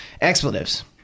expletives